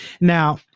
Now